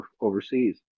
overseas